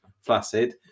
flaccid